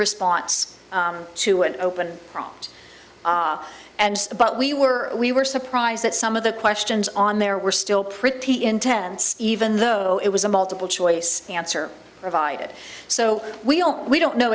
response to an open prompt and but we were we were surprised that some of the questions on there were still pretty intense even though it was a multiple choice answer provided so we don't we don't know